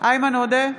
איימן עודה,